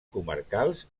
comarcals